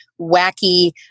wacky